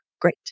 great